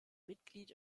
mitglied